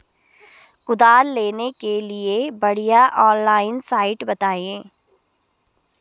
कुदाल लेने के लिए बढ़िया ऑनलाइन साइट बतायें?